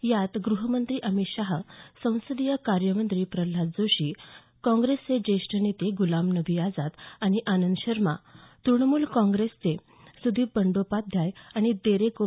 यात ग्रहमंत्री अमित शहा संसदीय कार्यमंत्री प्रह्लाद जोशी काँग्रेसचे ज्येष्ठ नेते ग्रलाम नबी आझाद आणि आनंद शर्मा तृणमूल काँग्रेसचे सुदीप बंदोपाध्याय आणि देरेक ओ